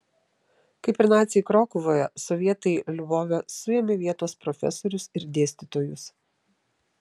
kaip ir naciai krokuvoje sovietai lvove suėmė vietos profesorius ir dėstytojus